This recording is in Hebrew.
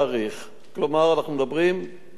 אנחנו מדברים על לפני כמה ימים.